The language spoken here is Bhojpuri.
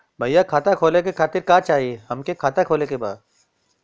भईया खाता खोले खातिर का चाही हमके खाता खोले के बा?